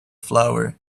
flour